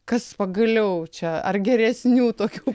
kas pagaliau čia ar geresnių tokių